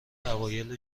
اوایل